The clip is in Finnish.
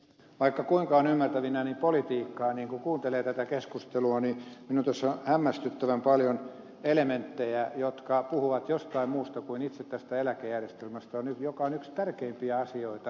vaikka kuinka olen ymmärtävinäni politiikkaa niin kun kuuntelee tätä keskustelua on tässä hämmästyttävän paljon elementtejä jotka puhuvat jostain muusta kuin itse tästä eläkejärjestelmästä joka on yksi tärkeimpiä asioita suomessa